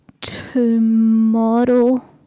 tomorrow